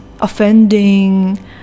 offending